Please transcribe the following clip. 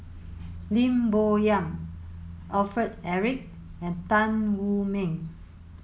Lim Bo Yam Alfred Eric and Tan Wu Meng